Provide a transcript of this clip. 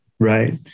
Right